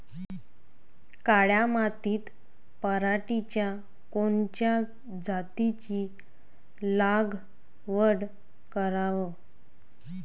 काळ्या मातीत पराटीच्या कोनच्या जातीची लागवड कराव?